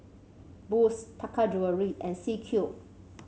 Boost Taka Jewelry and C Cube